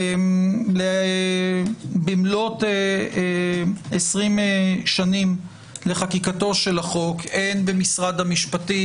במלאת 20 שנים לחקיקת החוק הן במשרד המשפטים,